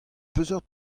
peseurt